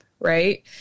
Right